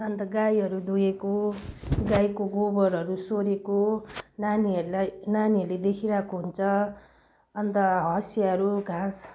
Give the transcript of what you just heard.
अन्त गाईहरू दुहेको गाईको गोबरहरू सोहोरेको नानीहरूलाई नानीहरूले देखिरहेको हुन्छ अन्त हँसियाहरू घाँस